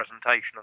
presentation